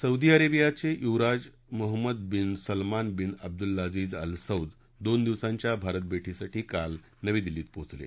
Saudi अरेबियाचे युवराज Mohammed bin Salman bin Abdulaziz Al Saud दोन दिवसांच्या भारत भार्त भार्तिसाठी काल नवी दिल्लीत पोचले